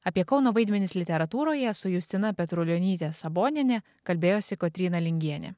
apie kauno vaidmenis literatūroje su justina petrulionyte saboniene kalbėjosi kotryna lingienė